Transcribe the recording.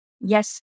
yes